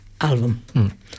album